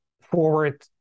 forward